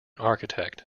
architect